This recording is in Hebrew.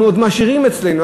אנחנו עוד משאירים אצלנו.